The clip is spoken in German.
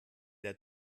der